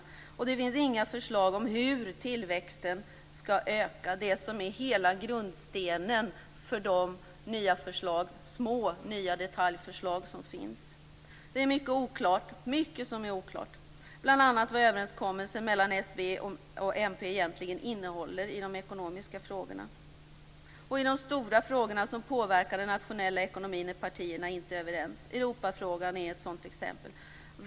Det finns inte heller några förslag om hur tillväxten skall öka - det som är hela grundstenen för de små, nya detaljförslag som finns. Det är mycket som är oklart. Det är bl.a. oklart vad överenskommelsen mellan s, v och mp egentligen innehåller i de ekonomiska frågorna. I de stora frågorna som påverkar den nationella ekonomin är partierna inte överens. Europafrågan är ett sådant exempel.